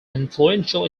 influential